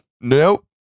Nope